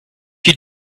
you